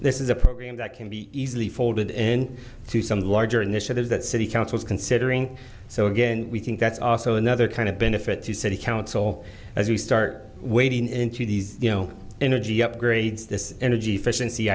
this is a program that can be easily folded in to some larger initiatives that city council is considering so again we think that's also another kind of benefit to city council as we start wading into these you know energy upgrades this energy efficiency